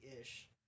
ish